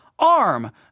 arm